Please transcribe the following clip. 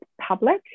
public